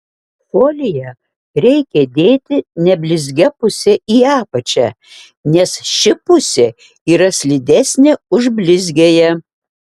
foliją reikia dėti neblizgia puse į apačią nes ši pusė yra slidesnė už blizgiąją